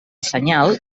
senyal